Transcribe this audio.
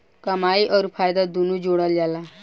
कमाई अउर फायदा दुनू जोड़ल जला